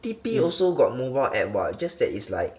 T_P also got mobile app [what] just that it's like